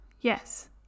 yes